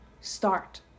Start